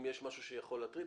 אם יש משהו שיכול להטריד.